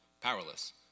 powerless